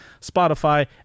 spotify